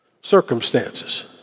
Circumstances